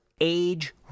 age